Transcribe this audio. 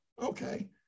okay